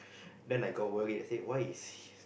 then I got worried I say why is